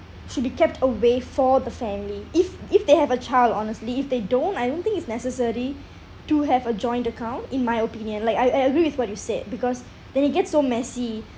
should be kept away for the family if if they have a child honestly if they don't I don't think it's necessary to have a joint account in my opinion like I I agree with what you said because then it gets so messy